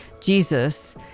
Jesus